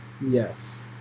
yes